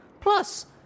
Plus